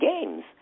games